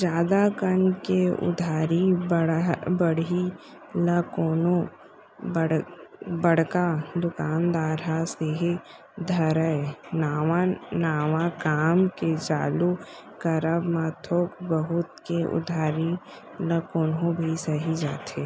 जादा कन के उधारी बाड़ही ल कोनो बड़का दुकानदार ह सेहे धरय नवा नवा काम के चालू करब म थोक बहुत के उधारी ल कोनो भी सहि जाथे